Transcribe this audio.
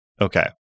Okay